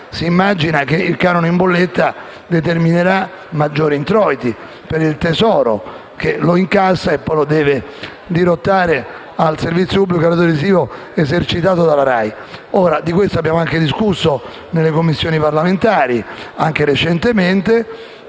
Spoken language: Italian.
infatti, che il canone in bolletta determinerà maggiori introiti per il Tesoro, che lo incassa e poi lo deve dirottare al servizio pubblico radiotelevisivo esercitato dalla RAI.